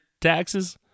taxes